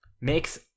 Makes